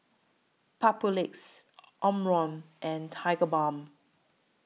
Papulex Omron and Tigerbalm